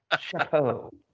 chapeau